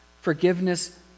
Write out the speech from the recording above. Forgiveness